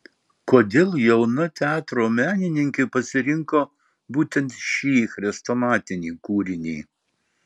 kodėl jauna teatro menininkė pasirinko būtent šį chrestomatinį kūrinį